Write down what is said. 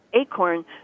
acorn